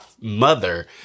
mother